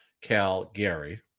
Calgary